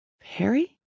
Perry